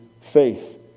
faith